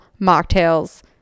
mocktails